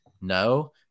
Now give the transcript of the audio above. No